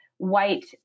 white